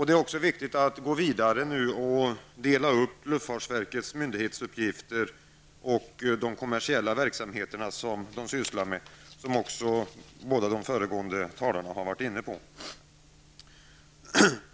Det är också viktigt att nu gå vidare och dela upp luftfartsverkets myndighetsuppgifter och de kommersiella verksamheter som verket sysslar med -— vilket också de båda föregående talarna har varit inne på.